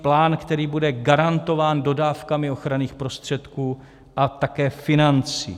Plán, který bude garantován dodávkami ochranných prostředků a také financí.